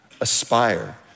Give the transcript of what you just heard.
aspire